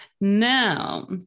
Now